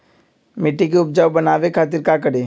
मिट्टी के उपजाऊ बनावे खातिर का करी?